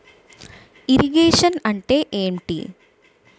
Irrigation అంటే ఏంటీ?